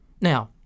Now